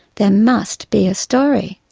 there must be a story.